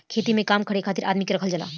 खेत में काम करे खातिर आदमी के राखल जाला